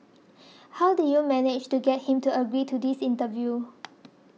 how did you manage to get him to agree to this interview